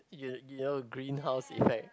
you know you know greenhouse effect